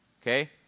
Okay